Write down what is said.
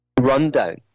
rundown